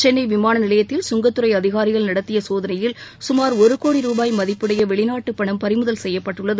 சென்னை விமான நிலையத்தில் சுங்கத்துறை அதிகாரிகள் நடத்திய சோதனையில் சுமார் ஒரு கோடி ரூபாய் மதிப்புள்ள வெளிநாட்டுப் பணம் பறிமுதல் செய்யப்பட்டுள்ளது